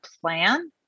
plan